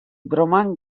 broman